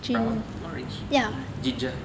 brown orange ginger